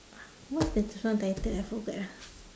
what is the song title I forgot ah